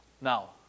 Now